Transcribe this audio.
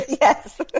Yes